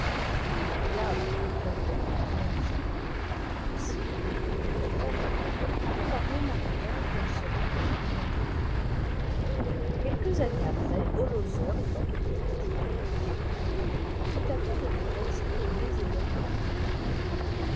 le diable qui très probablement ne s'attendait pas à une si vigoureuse apostrophe ne trouva rie à répoîidre et il se retira honteusement quelques années après holzhauser étant au collège où il étur diait le latin fut atteint de la peste qui désolait une partie de l'allemagne